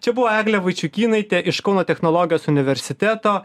čia buvo eglė vaičiukynaitė iš kauno technologijos universiteto